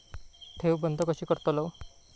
ठेव बंद कशी करतलव?